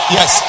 Yes